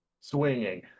swinging